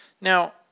Now